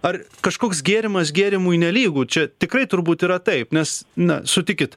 ar kažkoks gėrimas gėrimui nelygu čia tikrai turbūt yra taip nes na sutikit